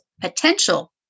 potential